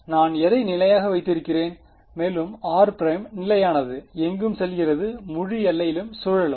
நான் எதை நிலையாக வைத்திருக்கிறேன் மேலும் r நிலையானது எங்கு செல்கிறது முழு எல்லையிலும் சுழலும்